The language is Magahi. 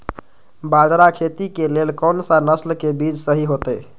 बाजरा खेती के लेल कोन सा नसल के बीज सही होतइ?